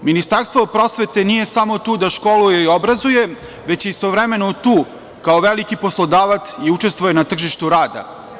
Ministarstvo prosvete nije samo tu da školuje i obrazuje, već je istovremeno tu kao veliki poslodavac i učestvuje na tržištu rada.